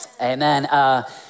Amen